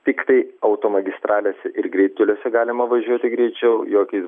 tiktai automagistralėse ir greitkeliuose galima važiuoti greičiau jokiais